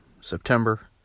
September